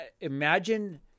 imagine